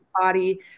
body